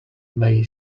may